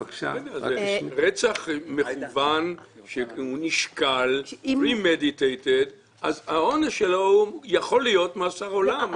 בבקשה --- רצח מכוון שנשקל אז העונש שלו הוא יכול להיות מאסר עולם,